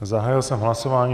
Zahájil jsem hlasování.